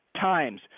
times